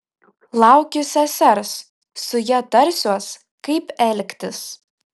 laukiu sesers su ja tarsiuos kaip elgtis